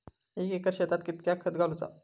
एक एकर शेताक कीतक्या खत घालूचा?